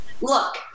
Look